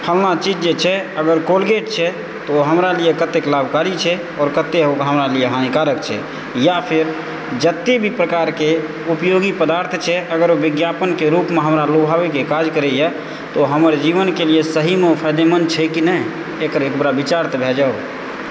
फलाँ चीज जे छै अगर कोलगेट छै तऽ ओ हमरा लेल कतेक लाभकारी छै आओर कते ओ हमरा लेल हानिकारक छै या फेर जतेको प्रकारके उपयोगी पदार्थ छै अगर ओ विज्ञापनके रूपमे हमरा लोभेबाकेँ काज करैत अछि तऽ ओ हमर जीवनके लेल सहीमे ओ फायदेमन्द छै कि नहि एकर एकबेर विचार तऽ भऽ जाउ